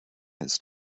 his